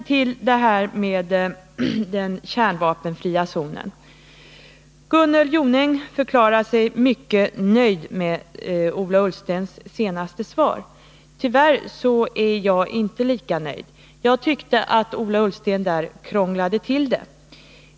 Så några ord om den kärnvapenfria zonen. Gunnel Jonäng förklarar sig mycket nöjd med Ola Ullstens senaste svar. Tyvärr är jag inte lika nöjd. Jag tyckte att han krånglade till det.